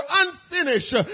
unfinished